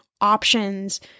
options